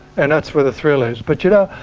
and that's were the thrill is. but you know,